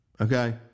okay